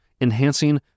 enhancing